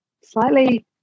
slightly